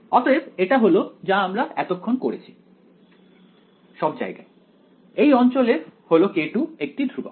অতএব এটা হল যা আমরা এতক্ষণ করেছি সব জায়গায় এই অঞ্চলে হল k2 একটি ধ্রুবক